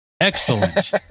Excellent